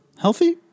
healthy